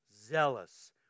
zealous